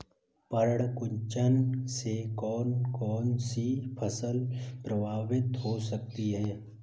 पर्ण कुंचन से कौन कौन सी फसल प्रभावित हो सकती है?